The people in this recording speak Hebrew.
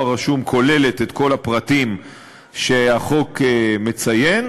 דואר רשום כוללת את כל הפרטים שהחוק מציין,